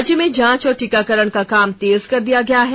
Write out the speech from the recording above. राज्य में जांच और टीकाकरण का काम तेज कर दिया गया है